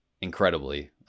incredibly